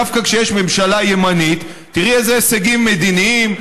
דווקא כשיש ממשלה ימנית תראי איזה הישגים מדיניים,